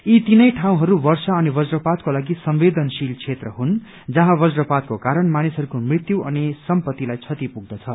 यी तीनै ठाउँहरू वर्षा अनि वज्रपातको लागि संवदेनशील क्षेत्र हुन् जहाँ वज्रपातको कारण मानिसहरूको मृत्यु अनि सम्पत्तिलाई क्षति पुग्दछ